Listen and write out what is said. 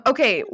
Okay